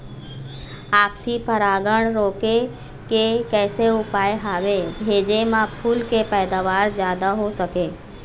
आपसी परागण रोके के कैसे उपाय हवे भेजे मा फूल के पैदावार जादा हों सके?